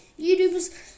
YouTubers